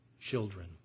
children